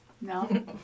No